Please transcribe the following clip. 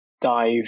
dive